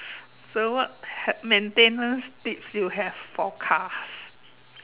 so what had maintenance tips you have for cars